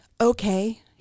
okay